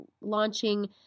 launching